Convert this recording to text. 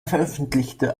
veröffentlichte